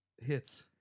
hits